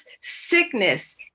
sickness